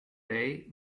day